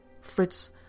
Fritz